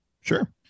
Sure